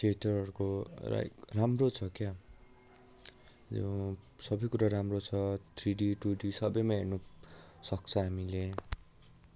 थिएटरहरूको like राम्रो छ क्या यो सबै कुरा राम्रो छ थ्री डी टू डी सबैमा हर्नु सक्छ हामीले